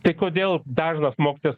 tai kodėl dažnas mokytojas